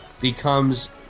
becomes